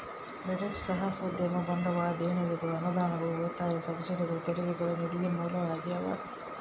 credit ಸಾಹಸೋದ್ಯಮ ಬಂಡವಾಳ ದೇಣಿಗೆಗಳು ಅನುದಾನಗಳು ಉಳಿತಾಯ ಸಬ್ಸಿಡಿಗಳು ತೆರಿಗೆಗಳು ನಿಧಿಯ ಮೂಲ ಆಗ್ಯಾವ